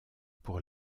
pour